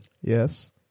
Yes